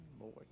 more